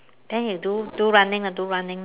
then you do do running lah do running